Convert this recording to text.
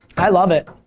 i love it.